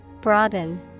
Broaden